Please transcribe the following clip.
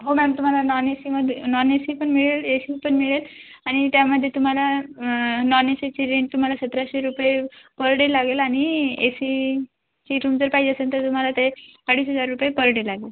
हो मॅम तुम्हाला नॉन एसीमध्ये नॉन ए सी पण मिळेल ए सी पण मिळेल आणि त्यामध्ये तुम्हाला नॉन एसीची रेंट तुम्हाला सतराशे रुपये पर डे लागेल आणि एसीची रूम जर पाहिजे असेन तर तुम्हाला ते अडीच हजार रुपये पर डे लागेल